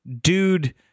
dude